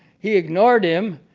he ignored him.